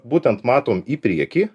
būtent matom į priekį